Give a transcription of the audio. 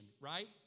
right